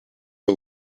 all